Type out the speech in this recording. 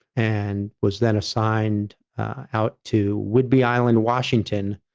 and was then assigned out to whidbey island washington.